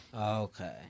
Okay